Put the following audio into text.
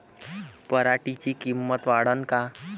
पराटीची किंमत वाढन का?